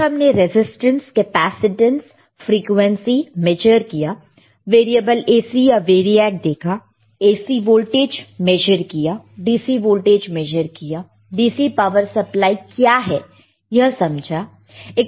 फिर हमने resistance capacitance frequency measure किया वेरिएबल AC या वेरीएक देखा AC वोल्टेज मेजर किया DC वोल्टेज मेजर किया DC पावर सप्लाई क्या है यह समझा